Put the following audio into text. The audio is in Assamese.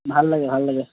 ভাল লাগে ভাল লাগে